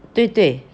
对对